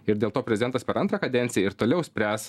ir dėl to prezidentas per antrą kadenciją ir toliau spręs